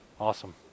Awesome